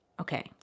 Okay